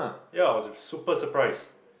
ya I was super surprised